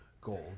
gold